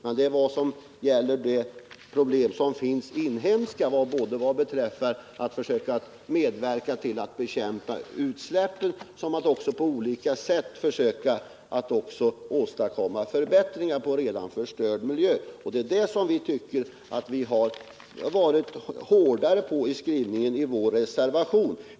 Oenigheten gäller de inhemska problemen — såväl försöken att medverka till ett bekämpande av utsläppen som försöken att på olika sätt åstadkomma förbättringar när det gäller redan förstörd miljö. I det avseendet tycker vi reservanter att vi gått hårdare fram i vår skrivning.